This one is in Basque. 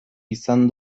izan